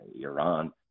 Iran